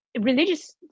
religious